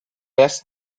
best